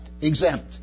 exempt